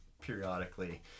periodically